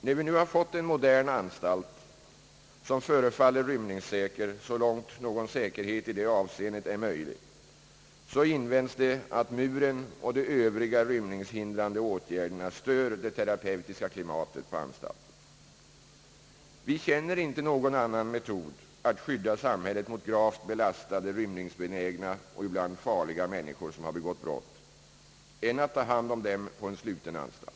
När vi nu fått en modern anstalt som förefaller rymningssäker — så långt någon säkerhet i det avseendet är möjlig — invänds det att muren och de övriga rymningshindrande åtgärderna stör det terapeutiska klimatet på anstalten. Vi känner inte någon annan metod att skydda samhället mot gravt belastade, rymningsbenägna och ibland farliga människor som har begått brott än att ta hand om dem på en sluten anstalt.